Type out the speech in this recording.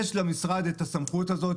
למשרד יש הסמכות הזאת.